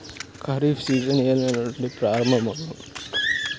Kharif season ఏ నెల నుండి ప్రారంభం అగును?